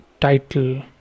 title